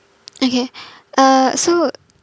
okay uh so